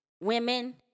Women